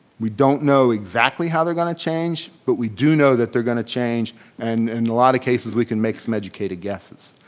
we don't know exactly how they're gonna change but we do know that they're gonna change and and a lot of cases we can make some educated guesses.